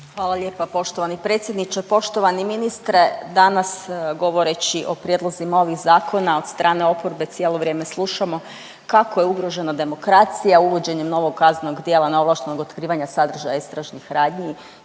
Hvala lijepa poštovani predsjedniče. Poštovani ministre danas govoreći o prijedlozima ovih zakona od strane oporbe cijelo vrijeme slušamo kako je ugrožena demokracija uvođenjem novog kaznenog djela neovlaštenog otkrivanja sadržaja istražnih radnji,